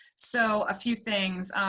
so, a few things.